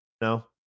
No